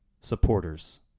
supporters